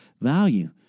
value